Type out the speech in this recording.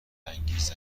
انگیز